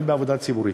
אני בעבודה הציבורית.